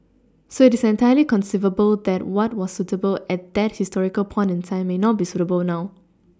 so it is entirely conceivable that what was suitable at that historical point in time may not be suitable now